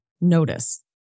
notice